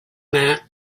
that